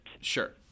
sure